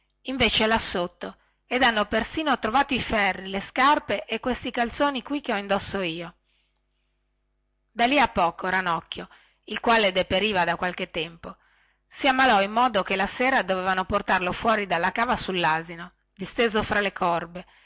invece è là sotto ed hanno persino trovato i ferri e le scarpe e questi calzoni qui che ho indosso io da lì a poco ranocchio il quale deperiva da qualche tempo si ammalò in modo che la sera dovevano portarlo fuori dalla cava sullasino disteso fra le corbe